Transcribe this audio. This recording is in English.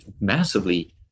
massively